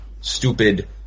stupid